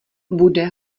bude